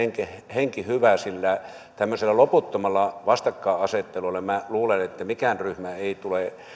henki hyvä sillä minä luulen että tämmöisellä loputtomalla vastakkainasettelulla mikään ryhmä ei tule